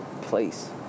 place